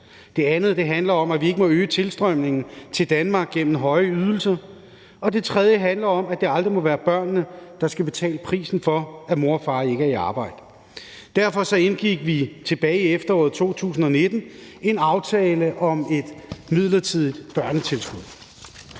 Det andet handler om, at vi ikke må øge tilstrømningen til Danmark gennem høje ydelser. Og det tredje handler om, at det aldrig må være børnene, der skal betale prisen for, at mor og far ikke er i arbejde. Derfor indgik vi tilbage i efteråret 2019 en aftale om et midlertidigt børnetilskud.